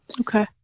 Okay